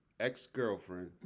ex-girlfriend